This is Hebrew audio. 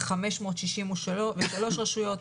זה 563 רשויות,